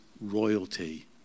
royalty